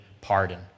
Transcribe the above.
pardon